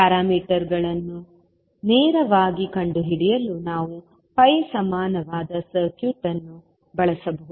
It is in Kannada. ಪ್ಯಾರಾಮೀಟರ್ಗಳನ್ನು ನೇರವಾಗಿ ಕಂಡುಹಿಡಿಯಲು ನಾವು pi ಸಮಾನವಾದ ಸರ್ಕ್ಯೂಟ್ ಅನ್ನು ಬಳಸಬಹುದು